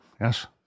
yes